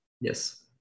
yes